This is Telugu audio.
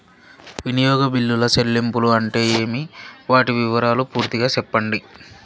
వినియోగ బిల్లుల చెల్లింపులు అంటే ఏమి? వాటి వివరాలు పూర్తిగా సెప్పండి?